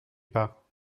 pas